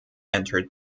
entered